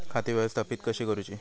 खाती व्यवस्थापित कशी करूची?